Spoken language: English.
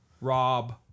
Rob